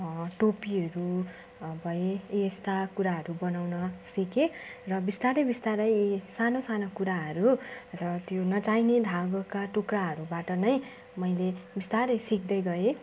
टोपीहरू भए यस्ता कुराहरू बनाउन सिकेँ र बिस्तारै बिस्तारै सानो सानो कुराहरू र त्यो नचाहिने धागोका टुक्राहरूबाट नै मैले बिस्तारै सिक्दै गएँ